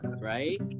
right